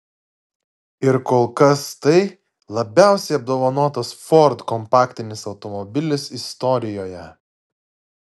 ir kol kas tai labiausiai apdovanotas ford kompaktinis automobilis istorijoje